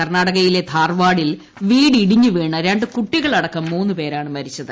കർണാടകയിലെ ധാർവാഡിൽ വീട് ഇടിഞ്ഞ് വീണ് രണ്ട് കുട്ടികൾ അടക്കം മൂന്ന്പേരാണ് മരിച്ചത്